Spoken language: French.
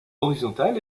horizontal